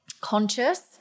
conscious